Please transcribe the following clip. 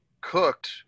cooked